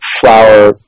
Flower